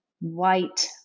white